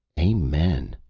amen.